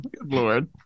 Lord